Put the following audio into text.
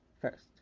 first